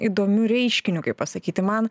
įdomiu reiškiniu kaip pasakyti man